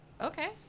okay